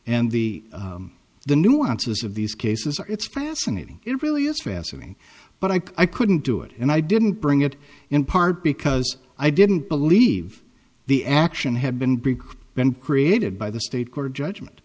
and the the nuances of these cases are it's fascinating it really is fascinating but i couldn't do it and i didn't bring it in part because i didn't believe the action had been big been created by the state court of judgment